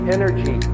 energy